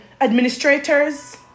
administrators